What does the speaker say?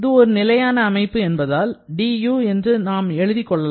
இது ஒரு நிலையான அமைப்பு என்பதால் dU என்று நாம் எழுதி கொள்ளலாம்